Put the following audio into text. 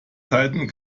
zeiten